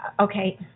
Okay